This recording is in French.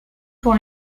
pour